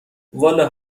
والا